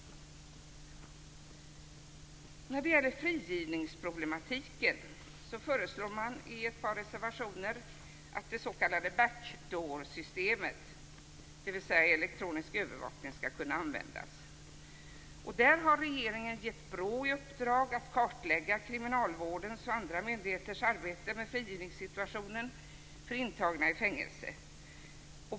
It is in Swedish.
När det gäller frigivningsproblematiken föreslår man i ett par reservationer att det s.k. back doorsystemet, dvs. elektronisk övervakning, skall kunna användas. Där har regeringen gett BRÅ i uppdrag att kartlägga kriminalvårdens och andra myndigheters arbete med frigivningssituationen för intagna i fängelse.